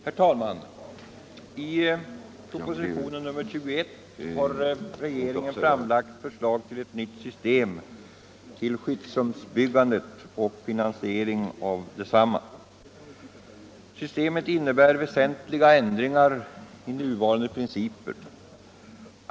Herr talman! I proposition nr 21 har regeringen framlagt förslag till ett nytt system för skyddsrumsbyggandet och finansieringen av detsamma. Systemet innebär väsentliga ändringar av nuvarande principer.